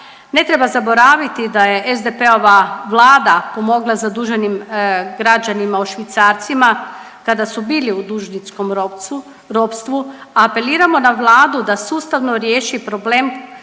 ne treba zaboraviti da je SDP-ova Vlada pomogla zaduženim građanima i švicarcima kada su bili u dužničkom ropstvu. Apeliramo na Vladu da sustavno riješi problem